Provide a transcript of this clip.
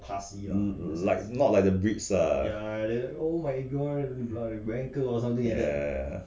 like not like the bricks ah ya ya ya